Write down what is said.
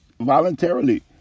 voluntarily